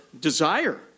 desire